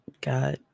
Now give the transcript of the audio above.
got